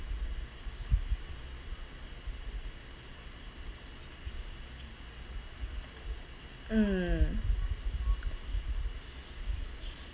mm